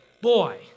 boy